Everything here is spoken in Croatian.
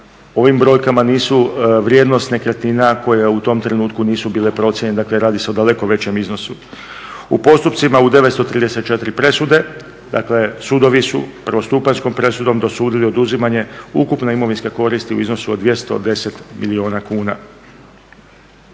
ovim brojkama nisu vrijednosti nekretnina koje u tom trenutku nisu bile procijenjene, dakle radi se o daleko većem iznosu. U postupcima u 934 presude, dakle sudovi su prvostupanjskom presudom dosudili oduzimanje ukupne imovinske koristi u iznosu od 210 milijuna kuna.